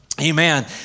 Amen